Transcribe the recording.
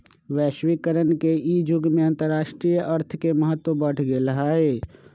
वैश्वीकरण के इ जुग में अंतरराष्ट्रीय अर्थ के महत्व बढ़ गेल हइ